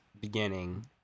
beginning